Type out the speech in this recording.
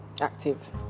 active